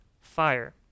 fire